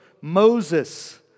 Moses